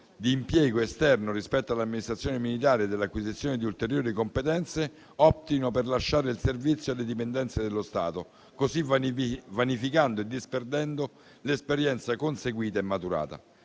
di impiego esterno rispetto all'amministrazione militare e dell'acquisizione di ulteriori competenze, optino per lasciare il servizio alle dipendenze dello Stato, così vanificando e disperdendo l'esperienza conseguita e maturata.